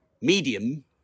medium